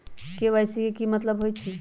KYC के कि मतलब होइछइ?